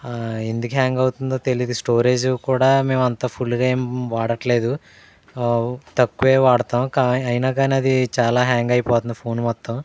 ఎందుకు హ్యాంగ్ అవుతుందో తెలిదు స్టోరేజ్ కూడా మేము అంత ఫుల్గా ఏమి వాడట్లేదు తక్కువే వాడతాము కా అయినా కానీ అది చాలా హ్యాంగ్ అయిపోతుంది ఫోన్ మొత్తం